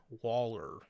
Waller